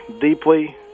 deeply